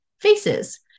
faces